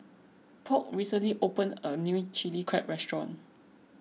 Polk recently opened a new Chili Crab restaurant